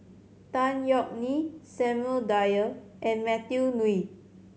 Tan Yeok Nee Samuel Dyer and Matthew Ngui